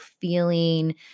feeling